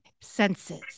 senses